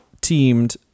teamed